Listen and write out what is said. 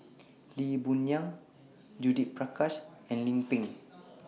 Lee Boon Yang Judith Prakash and Lim Pin